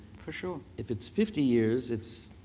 for sure. if it's fifty years, it's